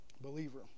believer